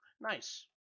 Nice